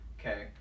Okay